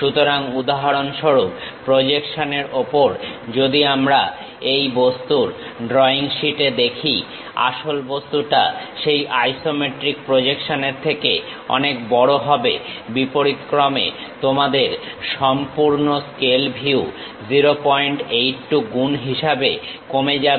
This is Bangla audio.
সুতরাং উদাহরণস্বরূপ প্রজেকশন এর ওপর যদি আমরা এই বস্তুর ড্রইং শীটে দেখি আসল বস্তুটা সেই আইসোমেট্রিক প্রজেকশন এর থেকে অনেক বড় হবে বিপরীতক্রমে তোমাদের সম্পূর্ণ স্কেল ভিউ 082 গুণ হিসাবে কমে যাবে